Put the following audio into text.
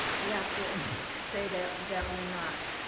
we have to say that that we're not.